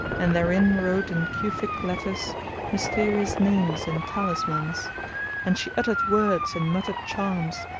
and therein wrote in cufic letters mysterious names and talismans and she uttered words and muttered charms,